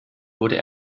wurde